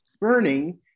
burning